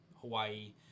Hawaii